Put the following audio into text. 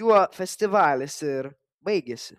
juo festivalis ir baigėsi